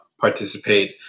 participate